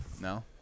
no